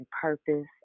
purpose